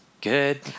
good